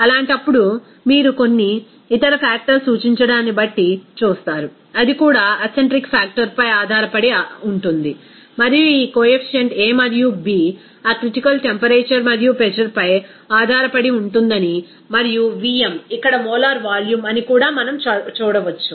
అలాంటప్పుడు మీరు కొన్ని ఇతర ఫాక్టర్స్ సూచించబడడాన్ని చూస్తారు అది కూడా అసెంట్రిక్ ఫాక్టర్ పై ఆధారపడి ఉంటుంది మరియు ఈ కోఎఫిసిఎంట్ a మరియు b ఆ క్రిటికల్ టెంపరేచర్ మరియు ప్రెజర్ పై ఆధారపడి ఉంటుందని మరియు Vm ఇక్కడ మోలార్ వాల్యూమ్ అని కూడా మనం చూడవచ్చు